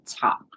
top